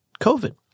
COVID